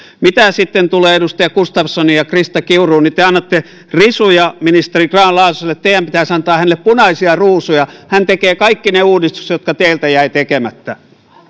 mitä sitten tulee edustaja gustafssoniin ja krista kiuruun niin te annatte risuja ministeri grahn laasoselle teidän pitäisi antaa hänelle punaisia ruusuja hän tekee kaikki ne uudistukset jotka teiltä jäivät tekemättä